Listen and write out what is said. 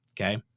Okay